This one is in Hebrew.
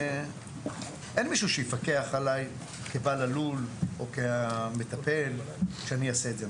אין מישהו שיפקח עלי כבעל הלול או כמטפל שאני אעשה את זה.